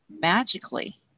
magically